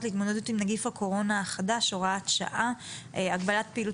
להתמודדות עם נגיף הקורונה החדש (הוראת שעה) (הגבלת פעילות